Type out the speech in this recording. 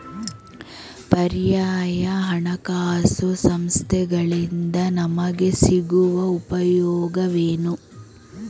ಪರ್ಯಾಯ ಹಣಕಾಸು ಸಂಸ್ಥೆಗಳಿಂದ ನಮಗೆ ಸಿಗುವ ಉಪಯೋಗವೇನು?